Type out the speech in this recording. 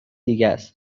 دیگهس